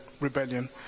rebellion